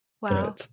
Wow